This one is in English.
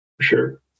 Sure